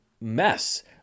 mess